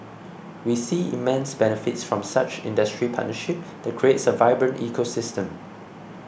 we see immense benefits from such industry partnership that creates a vibrant ecosystem